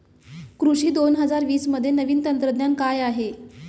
कृषी दोन हजार वीसमध्ये नवीन तंत्रज्ञान काय आहे?